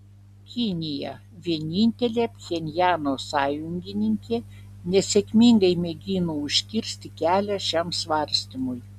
kinija vienintelė pchenjano sąjungininkė nesėkmingai mėgino užkirsti kelią šiam svarstymui